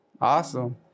Awesome